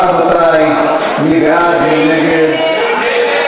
מי בעד, מי נגד?